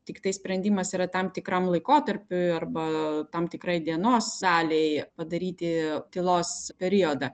tiktai sprendimas yra tam tikram laikotarpiui arba tam tikrai dienos salėj padaryti tylos periodą